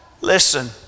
Listen